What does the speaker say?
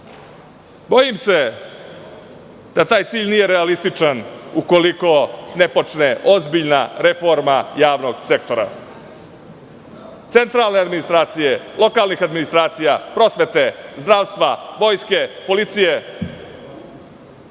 dana. Bojim se da taj cilj nije realističan, ukoliko ne počne ozbiljna reforma javnog sektora, centralne administracije, lokalnih administracija, prosvete, zdravstva, policije,